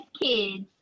kids